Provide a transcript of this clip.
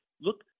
Look